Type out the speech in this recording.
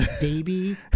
baby